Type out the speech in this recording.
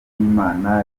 ry’imana